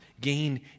gain